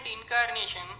incarnation